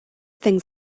things